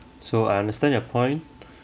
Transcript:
so I understand your point